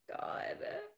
God